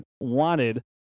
wanted